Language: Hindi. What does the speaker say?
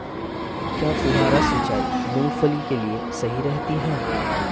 क्या फुहारा सिंचाई मूंगफली के लिए सही रहती है?